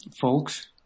folks